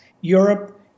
Europe